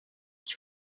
ich